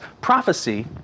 prophecy